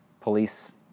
police